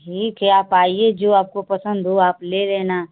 ठीक है आप आइए जो आपको पसंद हो आप ले लेना